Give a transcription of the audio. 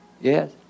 Yes